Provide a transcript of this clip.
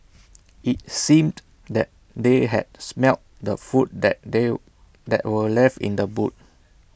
IT seemed that they had smelt the food that they that were left in the boot